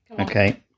Okay